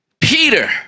peter